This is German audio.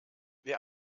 wer